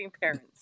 parents